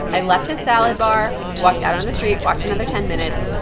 i left his salad bar, walked out on the street, walked another ten minutes,